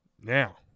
Now